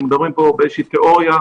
אנחנו מדברים פה באיזושהי תאוריה,